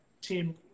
team